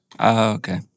okay